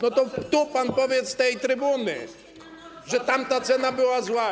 No to tu pan powiedz z tej trybuny, że tamta cena była zła.